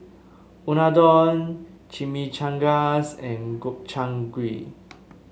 Unadon Chimichangas and Gobchang Gui